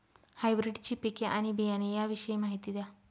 हायब्रिडची पिके आणि बियाणे याविषयी माहिती द्या